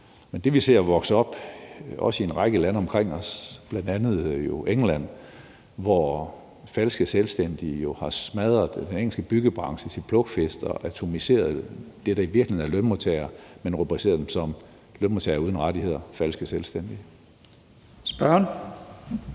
er det, vi ser vokse op også i en række lande omkring os, bl.a. jo England, hvor falske selvstændige har smadret den engelske byggebranche, slået den til plukfisk, så man har atomiseret forholdene for dem, der i virkeligheden er lønmodtagere, og rubriceret dem som lønmodtagere uden rettigheder, falske selvstændige. Kl.